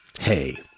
Hey